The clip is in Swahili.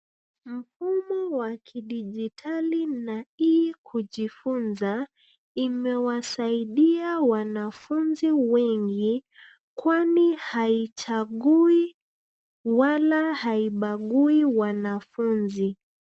Mfumo wa kidijitali na hii kujifunza imewasaidia wanafunzi wengi, kwani haichagui wala haipangui wanafunzi.